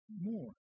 more